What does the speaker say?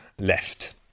left